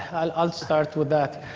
ah i'll i'll start with that.